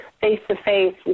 face-to-face